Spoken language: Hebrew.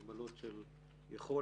מגבלות של יכולת,